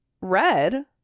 Red